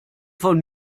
von